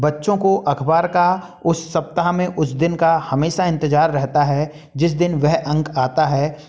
बच्चों को अखबार का उस सप्ताह में उस दिन का हमेशा इंतज़ार रहता है जिस दिन वह अंक आता है